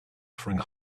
offering